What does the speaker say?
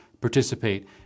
participate